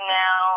now